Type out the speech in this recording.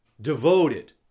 devoted